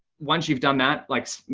once you've done that, like,